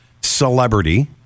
celebrity